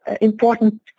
important